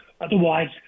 Otherwise